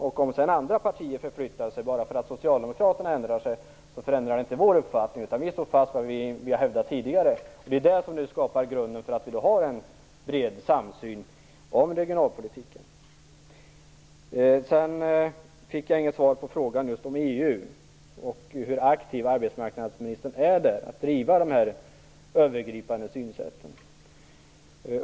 Om sedan andra partier förflyttar sina positioner bara för att socialdemokraterna ändrar sig, förändrar det inte vår uppfattning. Vi står fast vid det som vi hävdat sedan tidigare. Det är det som skapar grunden för att vi har en bred samsyn kring regionalpolitiken. Sedan fick jag inget svar på frågan om EU och hur aktiv arbetsmarknadsministern är när det gäller att driva de övergripande synsätten.